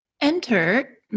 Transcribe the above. Enter